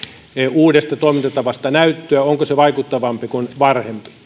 uudesta toimintatavasta näyttöä onko se vaikuttavampi kuin varhempi